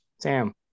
Sam